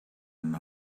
and